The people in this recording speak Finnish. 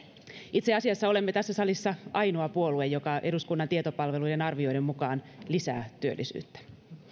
itse asiassa olemme tässä salissa ainoa puolue joka eduskunnan tietopalvelujen arvioiden mukaan lisää työllisyyttä